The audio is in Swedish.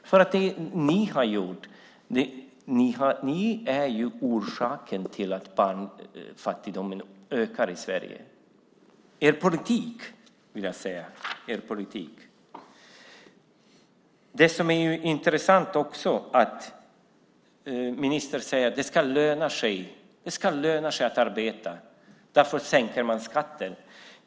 Er politik är orsaken till att barnfattigdomen ökar i Sverige. Det som också är intressant är att ministern säger att det ska löna sig att arbeta och därför sänker man skatten.